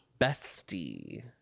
Bestie